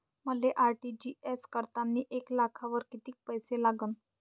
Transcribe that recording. मले आर.टी.जी.एस करतांनी एक लाखावर कितीक पैसे लागन?